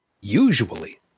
Usually